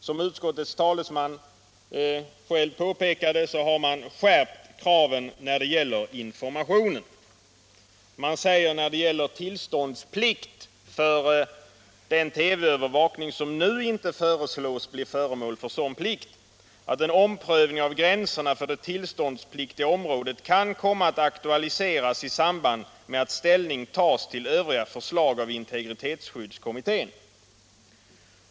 Som utskottets talesman själv påpekat har man skärpt kraven i fråga om informationen. När det gäller tillståndsplikt för TV-övervakning säger utskottet att en omprövning av gränserna för det tillståndspliktiga området kan komma att aktualiseras i samband med att ställning tas till övriga förslag av integritetsskyddskommittén.